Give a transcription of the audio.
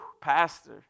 pastor